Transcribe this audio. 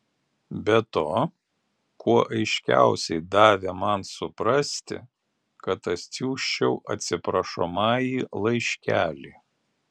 be to kuo aiškiausiai davė man suprasti kad atsiųsčiau atsiprašomąjį laiškelį